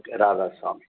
okay Radha Swami